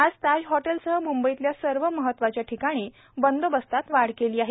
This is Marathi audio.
आज ताज हॉटेलसह म्ंबईतल्या सर्व महत्त्वाच्या ठिकाणी बंदोबस्तात वाढ केली आहे